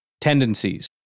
Tendencies